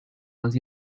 was